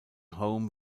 home